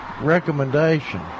recommendation